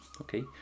Okay